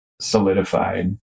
solidified